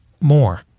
more